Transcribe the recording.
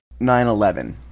9-11